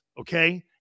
okay